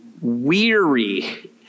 weary